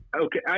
Okay